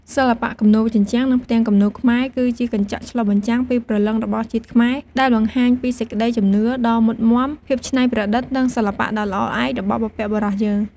សិល្បៈគំនូរជញ្ជាំង និងផ្ទាំងគំនូរខ្មែរ គឺជាកញ្ចក់ឆ្លុះបញ្ចាំងពីព្រលឹងរបស់ជាតិខ្មែរ ដែលបង្ហាញពីសេចក្តីជំនឿដ៏មុតមាំ ភាពច្នៃប្រឌិត និងសិល្បៈដ៏ល្អឯករបស់បុព្វបុរសយើង។